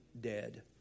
dead